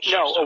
no